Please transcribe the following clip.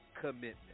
commitment